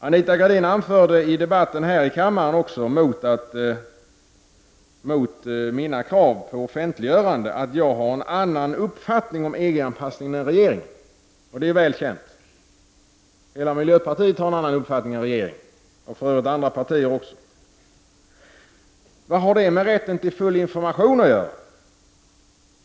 Anita Gradin anförde i debatten här i kammaren också mot mina krav på offentliggörande att jag har en annan uppfattning om EG-anpassningen än regeringen, och det är väl känt. Hela miljöpartiet har en annan uppfattning än regeringen och för övrigt andra partier också. Vad har det med rätten till full information att göra?